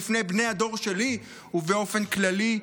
בפני בני הדור שלי ובאופן כללי,